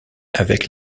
avec